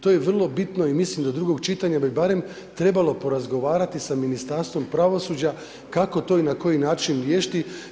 To je vrlo bitno i mislim do drugog čitanja bi barem trebalo porazgovarati sa Ministarstvom pravosuđa kako to i na koji način riješiti.